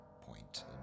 point